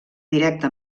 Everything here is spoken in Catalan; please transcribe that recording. directe